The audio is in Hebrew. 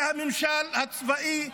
שהממשל הצבאי,